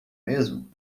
mesmo